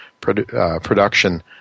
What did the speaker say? production